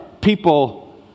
people